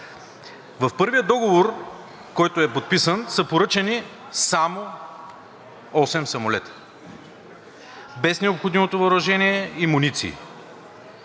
В първия договор, който е подписан, са поръчани само осем самолета, но без необходимото въоръжение и муниции.